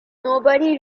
nobody